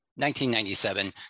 1997